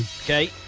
Okay